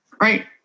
Right